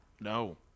No